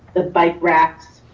the bike racks.